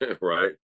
Right